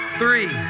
three